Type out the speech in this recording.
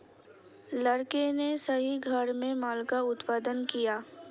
लड़के ने सही घर में माल का उत्पादन किया